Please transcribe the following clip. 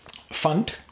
fund